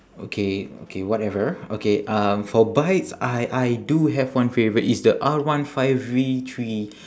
okay okay whatever okay uh for bikes I I do have one favourite it's the R one five V three